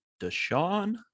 Deshaun